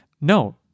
no